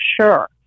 sure